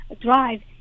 drive